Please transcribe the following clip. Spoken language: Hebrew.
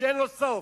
שאין לו סוף.